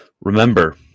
Remember